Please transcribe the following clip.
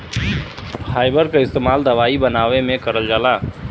fibre क इस्तेमाल दवाई बनावे में करल जाला